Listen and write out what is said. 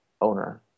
owner